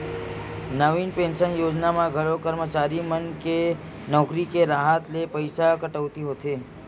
नवीन pension योजना म घलो करमचारी मन के नउकरी के राहत ले पइसा कटउती होथे